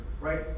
right